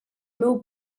meu